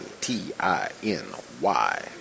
T-I-N-Y